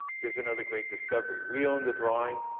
here's another great discovery we own the drawing.